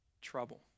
trouble